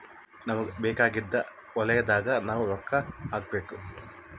ನಮಗ ಬೇಕಾಗಿದ್ದ ವಲಯದಾಗ ನಾವ್ ರೊಕ್ಕ ಹಾಕಬೇಕು